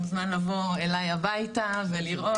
מוזמן לבוא אליי הביתה ולראות.